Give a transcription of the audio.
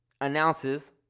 announces